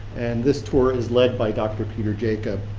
and this tour is led by dr. peter jakab,